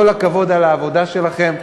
כל הכבוד על העבודה שלכם.